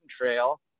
trail